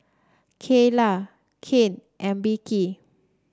Keyla Kyan and Beckie